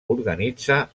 organitza